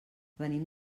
venim